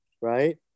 right